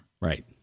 Right